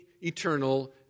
eternal